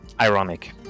ironic